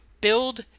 build